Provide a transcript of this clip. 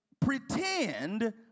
pretend